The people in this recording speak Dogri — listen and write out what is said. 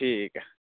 ठीक ऐ